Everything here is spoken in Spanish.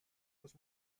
los